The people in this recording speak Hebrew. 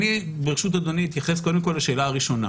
אני אתייחס, קודם כול, לשאלה הראשונה.